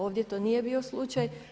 Ovdje to nije bio slučaj.